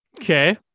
Okay